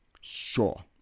sure